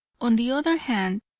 on the other hand,